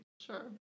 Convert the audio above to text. Sure